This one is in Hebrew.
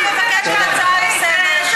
אבל הפעילות במשרד התקשורת זה פעילות הממשלה.